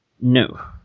No